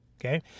Okay